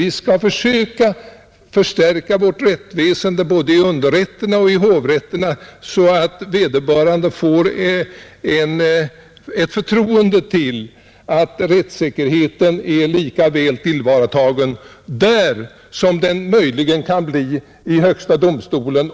Vi skall i stället försöka stärka vårt rättsväsende både i underrätterna och i hovrätterna, så att människor blir övertygade om att rättssäkerheten blir lika bra tillgodosedd där som den möjligen kan bli i högsta domstolen.